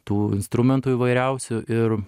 tų instrumentų įvairiausių ir